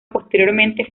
posteriormente